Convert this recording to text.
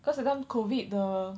cause that time COVID the